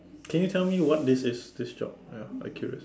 can you tell me what this is this job ya accurate